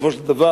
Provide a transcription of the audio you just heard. בסופו של דבר,